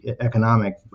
economic